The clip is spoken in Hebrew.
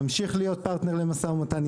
נמשיך להיות פרטנר למשא ומתן.